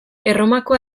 erromako